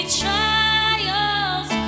trials